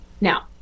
Now